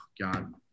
God